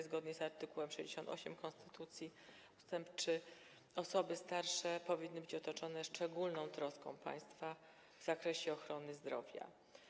Zgodnie z art. 68 ust. 3 konstytucji osoby starsze powinny być otoczone szczególną troską państwa w zakresie ochrony zdrowia.